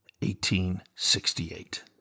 1868